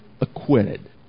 acquitted